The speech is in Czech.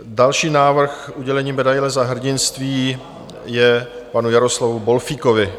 Další návrh udělení medaile Za hrdinství je panu Jaroslavu Bolfíkovi.